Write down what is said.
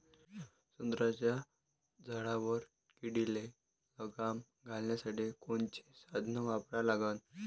संत्र्याच्या झाडावर किडीले लगाम घालासाठी कोनचे साधनं वापरा लागन?